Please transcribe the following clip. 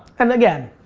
and again,